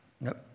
Nope